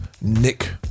nick